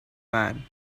man